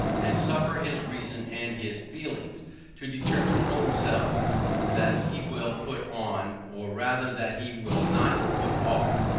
and suffer his reason and his feelings to determine for themselves that he will put on, or rather that he will not put off,